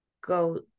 go